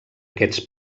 aquests